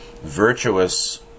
virtuous